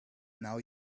now